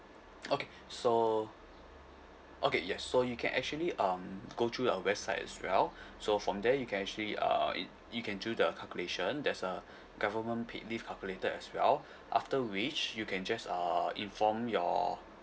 okay so okay yes so you can actually um go through our website as well so from there you can actually uh it you can do the calculation there's a government paid leave calculator as well after which you can just uh inform your